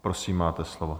Prosím, máte slovo.